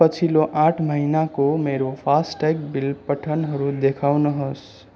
पछिल्लो आठ महिनाको मेरो फासट्याग बिल पठनहरू देखाउनुहोस्